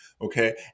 Okay